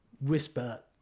whisper